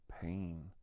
pain